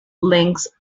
links